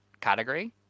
category